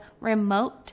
remote